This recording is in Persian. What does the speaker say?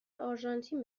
آرژانتین